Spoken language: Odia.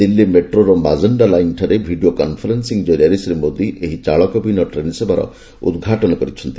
ଦିଲ୍ଲୀ ମେଟ୍ରୋର ମାଜେଣ୍ଟା ଲାଇନ୍ଠାରେ ଭିଡ଼ିଓ କନ୍ଫରେନ୍ସିଂ କରିଆରେ ଶ୍ରୀ ମୋଦି ଏହି ଚାଳକବିହୀନ ଟ୍ରେନ୍ ସେବାର ଉଦ୍ଘାଟନ କରିଛନ୍ତି